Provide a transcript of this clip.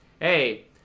hey